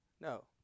No